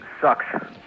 Sucks